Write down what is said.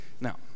Now